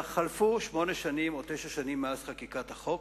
חלפו שמונה שנים או תשע שנים מאז חקיקת החוק,